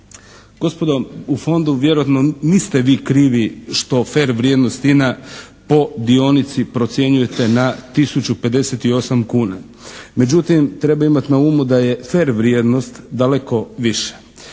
Gospodo, u Fondu vjerojatno, niste vi krivi što fer vrijednost INA po dionici procjenjujete na tisuću 58 kuna. Međutim, treba imati na umu da je fer vrijednost daleko više.